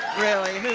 really, who